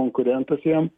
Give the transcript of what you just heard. konkurentas jam